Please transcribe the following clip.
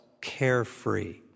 carefree